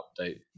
update